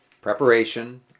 preparation